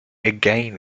again